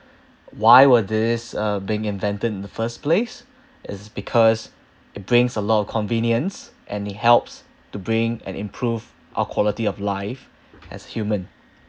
why were these uh being invented in the first place is because it brings a lot of convenience and it helps to bring and improve our quality of life as human